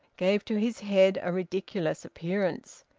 gave to his head a ridiculous appearance.